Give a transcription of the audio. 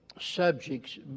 subjects